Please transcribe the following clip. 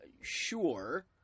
sure